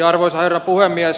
arvoisa herra puhemies